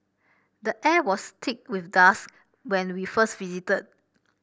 the air was thick with dust when we first visited